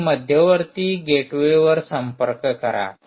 आणि मध्यवर्ती गेटवेवर संपर्क करा